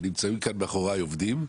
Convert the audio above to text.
ונמצאים כאן מאחוריי עובדים,